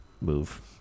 Move